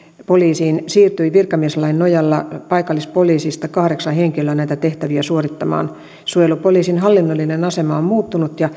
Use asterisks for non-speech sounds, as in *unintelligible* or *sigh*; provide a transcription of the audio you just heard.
siirtyi virkamieslain nojalla paikallispoliisista kahdeksan henkilöä näitä tehtäviä suorittamaan suojelupoliisin hallinnollinen asema on muuttunut ja *unintelligible*